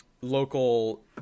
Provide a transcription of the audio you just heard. local